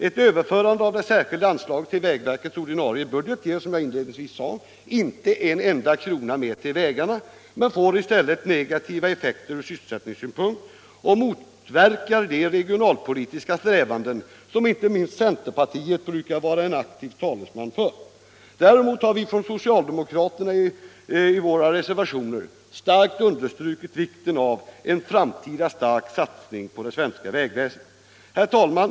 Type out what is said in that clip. Ett överförande av det särskilda anslaget till vägverkets ordinarie budget ger som jag inledningsvis sade inte en enda krona mer till vägarna men får i stället negativa effekter ur sysselsättningssynpunkt och motverkar de regionalpolitiska strävanden, som inte minst centerpartiet brukar vara en aktiv talesman för. Däremot har vi socialdemokrater i våra reservationer starkt understrukit vikten av en framtida stark satsning på det svenska vägväsendet. Herr talman!